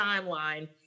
timeline